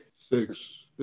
Six